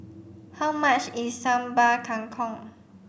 how much is Sambal Kangkong